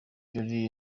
jolly